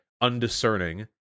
undiscerning